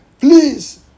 Please